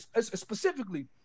specifically